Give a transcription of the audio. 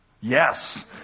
yes